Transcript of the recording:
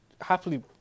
happily